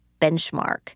benchmark